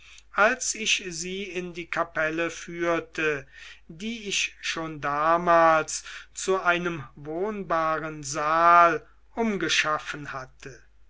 als ich sie in die kapelle führte die ich schon damals zu einem wohnbaren saal umgeschaffen hatte